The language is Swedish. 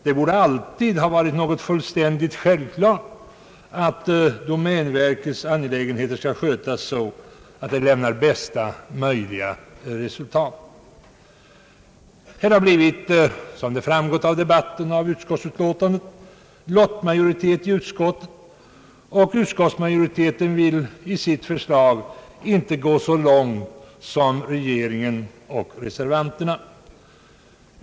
Det borde alltid ha varit något självklart att domänverkets angelägenheter skall skötas så att de lämnar bästa möjliga resultat. Som framgått av debatten och utskottets utlåtande har det blivit lottmajoritet i utskottet. Utskottsmajoriteten vill i sitt förslag inte gå så långt som regeringen och reservanterna.